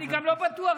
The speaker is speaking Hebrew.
אני גם לא בטוח,